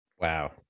Wow